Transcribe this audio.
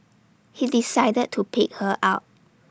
he decided to pick her up